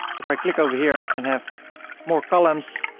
if i click over here i can have more columns,